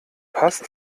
passt